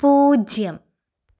പൂജ്യം